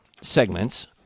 segments